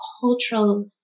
cultural